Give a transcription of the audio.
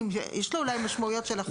הספציפי שחותם לך על ההרשאה ומפקח עליך,